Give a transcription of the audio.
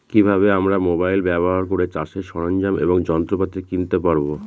কি ভাবে আমরা মোবাইল ব্যাবহার করে চাষের সরঞ্জাম এবং যন্ত্রপাতি কিনতে পারবো?